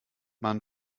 man